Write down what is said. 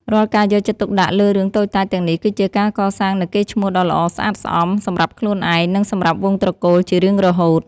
រាល់ការយកចិត្តទុកដាក់លើរឿងតូចតាចទាំងនេះគឺជាការកសាងនូវកេរ្តិ៍ឈ្មោះដ៏ល្អស្អាតស្អំសម្រាប់ខ្លួនឯង និង សម្រាប់វង្សត្រកូលជារៀងរហូត។